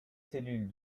cellules